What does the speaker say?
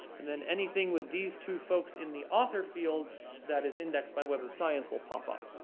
and then anything with these two folks in the author field that is indexed by web of science will pop up.